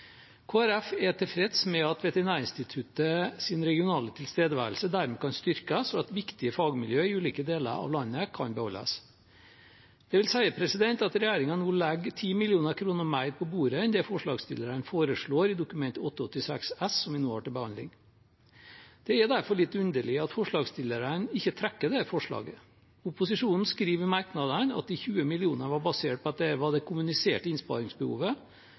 Folkeparti er tilfreds med at Veterinærinstituttets regionale tilstedeværelse dermed kan styrkes, og at viktige fagmiljøer i ulike deler av landet kan beholdes. Regjeringen legger 10 mill. kr mer på bordet enn det forslagsstillerene foreslår i Dokument 8:86 S for 2018–2019, som vi nå har til behandling. Det er derfor litt underlig at forslagsstillerne ikke trekker dette forslaget. Opposisjonen skriver i merknadene at de 20 millionene var basert på at det var det kommuniserte innsparingsbehovet,